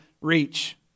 reach